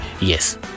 yes